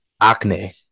Acne